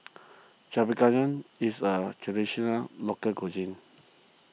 is a Traditional Local Cuisine